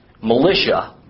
militia